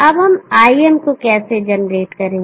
तो अब हम Im को कैसे जनरेट करें